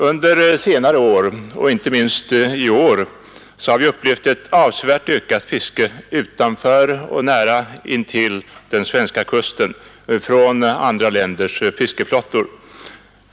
Under senare år — och inte minst i år — har vi upplevt ett avsevärt ökat fiske utanför och nära intill den svenska kusten från andra länders fiskeflottor.